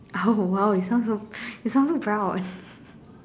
oh !wow! you sound so you sound proud